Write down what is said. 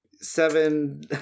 Seven